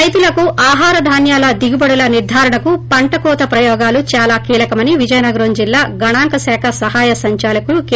రైతులకు ఆహారధాన్యాల దిగుబడుల నిర్గారణకు పంటకోత ప్రయోగాలు దాలా కీలకమని విజయనగరం జిల్లా గణాంక శాఖ సహాయ సంచాలకులు కె